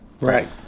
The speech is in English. Right